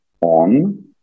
on